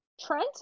Trent